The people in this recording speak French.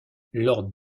lord